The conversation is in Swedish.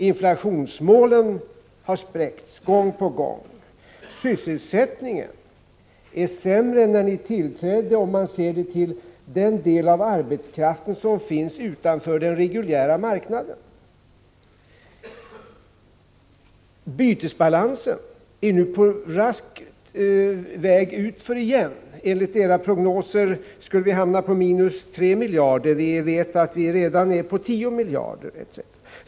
Inflationsmålen har spräckts gång på gång, sysselsättningen är sämre än när ni tillträdde om man ser till den del av arbetskraften som finns utanför den reguljära marknaden. Bytesbalansen är nu på väg raskt utför igen. Enligt era prognoser skulle vi hamna på minus 3 miljarder kronor. Vi vet att vi redan är på 10 miljarder kronor.